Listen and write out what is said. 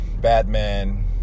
Batman